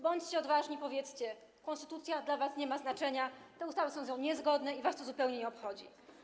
Bądźcie odważni i powiedzcie, że konstytucja dla was nie ma znaczenia, te ustawy są z nią niezgodne i was to zupełnie nie obchodzi.